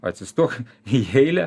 atsistok į eilę